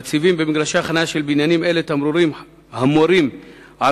מציבים במגרשי החנייה של בניינים אלה תמרורים המורים על